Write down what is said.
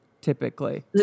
typically